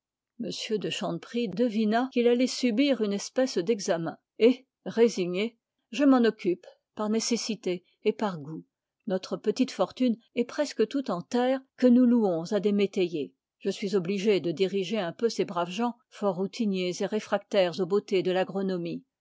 de chanteprie devina qu'il allait subir une espèce d'examen je m'en occupe par nécessité et par goût notre petite fortune est presque toute en terres que nous louons à des métayers je suis obligé de diriger un peu ces braves gens